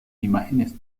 imágenes